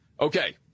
Okay